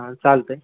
हा चालत आहे